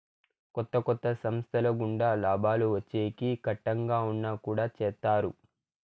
కొత్త కొత్త సంస్థల గుండా లాభాలు వచ్చేకి కట్టంగా ఉన్నా కుడా చేత్తారు